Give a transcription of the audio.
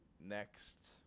next